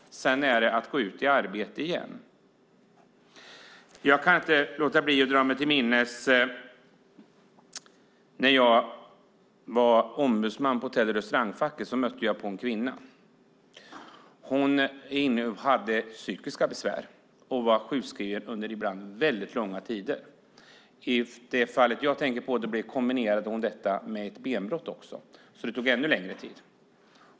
Sedan ska man ut i arbete igen. Jag kan inte låta bli att dra mig till minnes en person. När jag var ombudsman i Hotell och Restaurang Facket mötte jag en kvinna. Hon hade psykiska besvär och var ibland sjukskriven långa tider. I det fall jag tänker på kombinerade hon detta med ett benbrott. Det tog ännu längre tid.